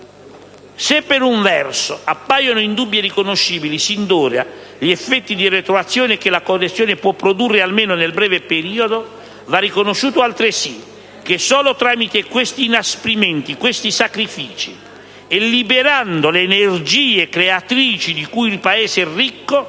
se per un verso appaiono indubbi e riconoscibili sin d'ora gli effetti di retroazione che la correzione può produrre, almeno nel breve periodo, va riconosciuto altresì che solo tramite questi inasprimenti e questi sacrifici, e liberandolo le energie creatrici di cui il Paese è ricco,